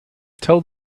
tell